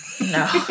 No